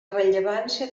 rellevància